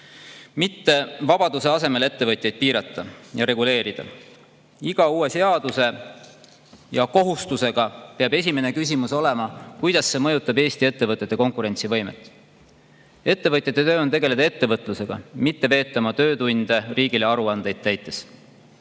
[võimaldamise] asemel ettevõtjaid piirata ja [kõike] reguleerida. Iga uue seaduse ja kohustuse korral peab esimene küsimus olema, kuidas see mõjutab Eesti ettevõtete konkurentsivõimet. Ettevõtjate töö on tegeleda ettevõtlusega, mitte veeta oma töötunde riigile aruandeid täites.